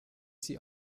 sie